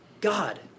God